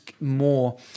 more